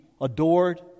adored